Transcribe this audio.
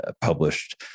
published